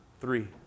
Three